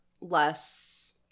less